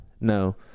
No